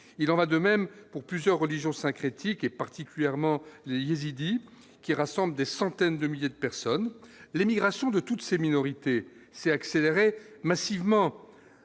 il en va de même pour plusieurs religion syncrétique et particulièrement yézidis qui rassemble des centaines de milliers de personnes l'émigration de toutes ces minorités s'est accélérée massivement